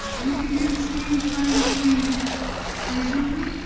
you can do the same kind of thing visually.